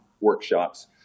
workshops